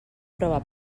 prova